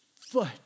foot